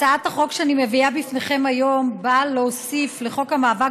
הצעת החוק שאני מביאה בפניכם היום באה להוסיף לחוק המאבק